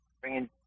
bringing